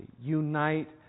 Unite